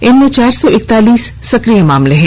इनमें चार सौ इकतालीस सक्रिय केस हैं